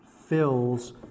fills